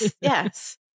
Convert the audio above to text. yes